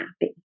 happy